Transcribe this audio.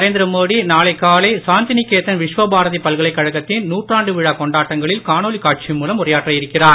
நரேந்திரமோடிநாளைக்காலை சாந்திநிகேதன்விஸ்வபாரதிபல்கலைக்கழகத்தின்நூற்றாண்டுவிழாக்கொ ண்டாட்டங்களில்காணொளிகாட்சிமூலம்உரையாற்றஇருக்கிறார்